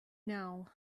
now